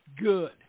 good